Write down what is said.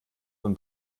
von